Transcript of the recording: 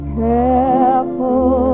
careful